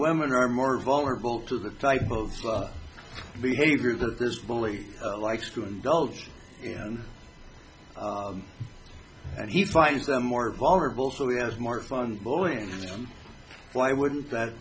women are more vulnerable to the type of behavior this bully likes to indulge in and he finds them more vulnerable so he has more fun bowling why wouldn't that